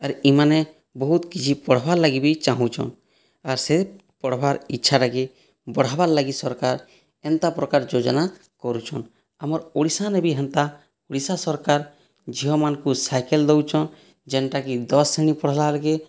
ଆର୍ ଇମାନେ ବହୁତ୍ କିଛି ପଢ଼ାବାର୍ ଲାଗିବି ଚାହୁଁଛନ୍ ଆର୍ ସେ ପଢ଼ବାର୍ ଇଛାଟାକେ ବଢ଼ାବାର ଲାଗି ସରକାର ଏନ୍ତା ପ୍ରକାର ଯୋଜନା କରୁଛନ୍ ଆମର ଓଡ଼ିଶାନେ ବି ହେନ୍ତା ଓଡ଼ିଶା ସରକାର ଝିଅମାନଙ୍କୁ ସାଇକେଲ ଦେଉଛ ଯେନ୍ଟାକି ଦଶ୍ ଶ୍ରେଣୀ ପଢ଼ିଲା ବେଲକେ